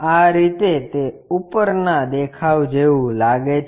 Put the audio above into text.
આ રીતે તે ઉપરના દેખાવ જેવું લાગે છે